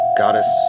goddess